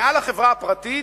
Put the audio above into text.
מעל החברה הפרטית,